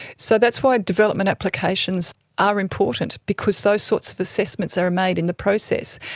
so that's why development applications are important because those sorts of assessments are made in the process.